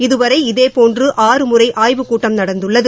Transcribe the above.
இதுவரை இதேபோன்று ஆறு முறை ஆய்வுக்கூட்டம் நடந்துள்ளது